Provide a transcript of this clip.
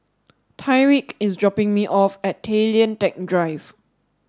Tyriq is dropping me off at Tay Lian Teck Drive